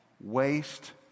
waste